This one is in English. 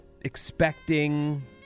expecting